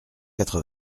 quatre